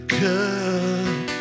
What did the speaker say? cup